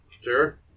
Sure